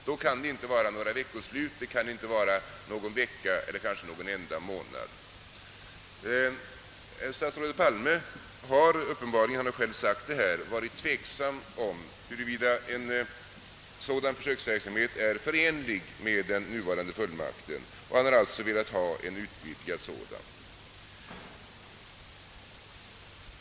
Då kan det inte vara fråga om några veckoslut, någon vecka eller kanske någon enda månad. Statsrådet Palme har uppenbarligen — han har själv sagt det — varit tveksam om huruvida en sådan försöksverksamhet är förenlig med den nuvarande fullmakten. Man har alltså velat ha en utvidgad sådan.